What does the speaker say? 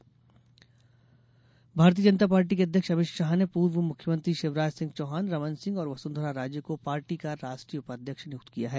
भाजपा नियुक्ति भारतीय जनता पार्टी के अध्यक्ष अमित शाह ने पूर्व मुख्यमंत्रियों शिवराज सिंह चौहान रमन सिंह और वसुंधरा राजे को पार्टी का राष्ट्रीय उपाध्यक्ष नियुक्त किया है